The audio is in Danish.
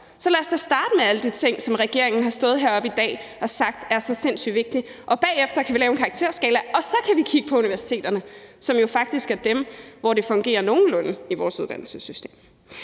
Så lad os da starte med alle de ting, som regeringen har stået heroppe i dag og sagt er så sindssygt vigtige, og bagefter kan vi lave en karakterskala, og så kan vi kigge på universiteterne, som jo faktisk er dem, som det fungerer nogenlunde for i vores uddannelsessystem.